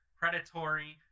predatory